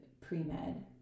pre-med